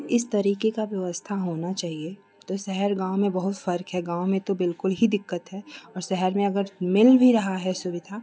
इस तरीके का व्यवस्था होना चाहिए तो शहर गाँव में बहुत फर्क है गाँव में तो बिल्कुल ही दिक्कत है और शहर में अगर मिल भी रहा है सुविधा